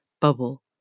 bubble